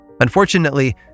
Unfortunately